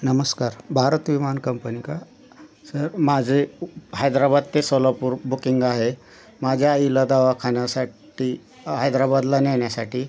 नमस्कार भारत विमान कंपनि का सर माझे उ हैद्राबाद ते सोलापूर बुकिंग आहे माझ्या आईला दवाखान्यासाठी हैद्राबादला नेण्यासाठी